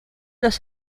los